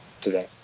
today